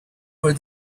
were